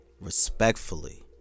respectfully